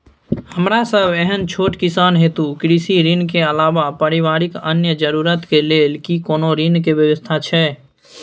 हमरा सब एहन छोट किसान हेतु कृषि ऋण के अलावा पारिवारिक अन्य जरूरत के लेल की कोनो ऋण के व्यवस्था छै?